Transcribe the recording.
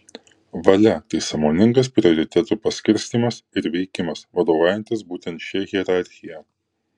valia tai sąmoningas prioritetų paskirstymas ir veikimas vadovaujantis būtent šia hierarchija